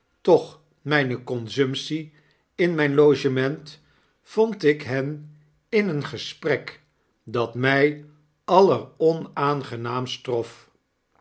toch myne consumtie in mijn logement vond ik hen in een gesprek dat my alleronaangenaamst trof